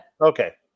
Okay